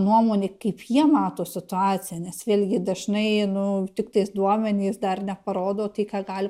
nuomonė kaip jie mato situaciją nes vėlgi dažnai nu tiktais duomenys dar neparodo tai ką gali